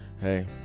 Hey